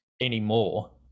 anymore